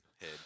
head